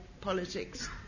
politics